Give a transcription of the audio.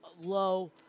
low